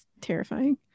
terrifying